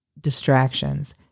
distractions